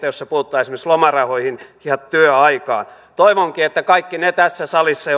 jossa puututtaisiin esimerkiksi lomarahoihin ja työaikaan toivonkin että kaikki ne ne tässä salissa